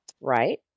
Right